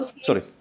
Sorry